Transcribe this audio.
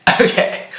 Okay